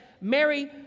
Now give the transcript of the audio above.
Mary